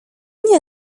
nie